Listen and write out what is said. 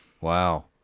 Wow